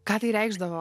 ką tai reikšdavo